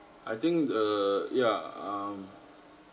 I think err yeah um